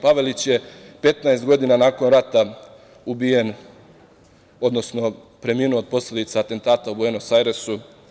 Pavelić je 15 godina nakon rata ubijen, odnosno preminuo od posledica atentata u Buenos Ajresu.